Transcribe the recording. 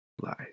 life